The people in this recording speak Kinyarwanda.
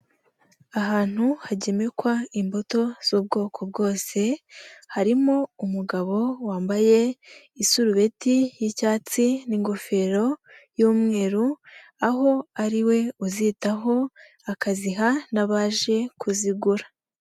Ahantu hagemekwa imbuto z'ubwoko bwose, harimo umugabo wambaye isurubeti y'icyatsi n'ingofero y'umweru, aho ari we uzitaho, akaziha n'abaje kuzigura.